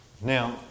Now